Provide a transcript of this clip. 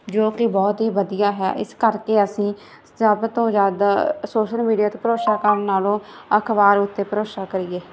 ਜੋ ਕਿ ਬਹੁਤ ਹੀ ਵਧੀਆ ਹੈ ਇਸ ਕਰਕੇ ਅਸੀਂ ਸਭ ਤੋਂ ਜ਼ਿਆਦਾ ਸੋਸ਼ਲ ਮੀਡੀਆ 'ਤੇ ਭਰੋਸਾ ਕਰਨ ਨਾਲੋਂ ਅਖ਼ਬਾਰ ਉੱਤੇ ਭਰੋਸਾ ਕਰੀਏ